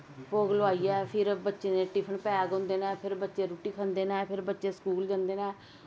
भोग लोआईयै फिर बच्चें दे टिफ्फन पैक होंदे नै फिर बच्चे रुट्टी खंदे नै फिर बच्चे स्कूल जंदे नै